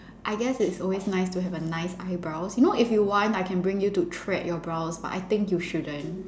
I guess it's always nice to have a nice eyebrows you know if you want I can bring you to thread your brows but I think you shouldn't